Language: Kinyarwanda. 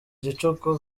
gicuku